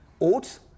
oats